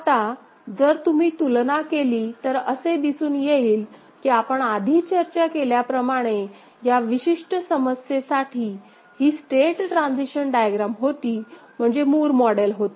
आता जर तुम्ही तुलना केली तर असे दिसून येईल की आपण आधी चर्चा केल्याप्रमाणे या विशिष्ट समस्येसाठी ही स्टेट ट्रान्झिशन डायग्राम होती म्हणजे मूर मॉडेल होते